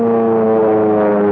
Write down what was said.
or